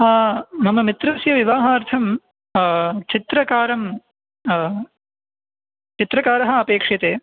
मम मित्रस्य विवाहार्थं चित्रकारं चित्रकारः अपेक्ष्यते